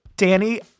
Danny